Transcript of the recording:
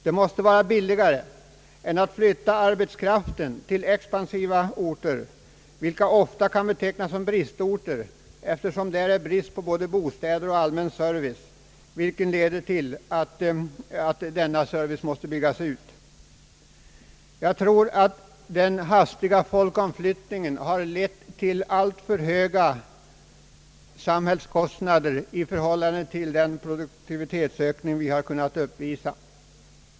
Det måste vara billigare än att flytta arbetskraften till expansiva orter, vilka ofta kan betecknas som bristorter, eftersom där är brist på både bostäder och all män service, vilket leder till att denna service måste byggas ut. Jag tror att den hastiga folkomflyttningen har lett till alltför höga samhällskostnader i förhållande till den produktivitetsökning vi har kunnat uppvisa.